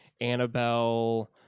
annabelle